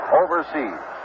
overseas